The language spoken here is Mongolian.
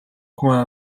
хүн